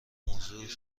موضوع